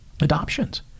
adoptions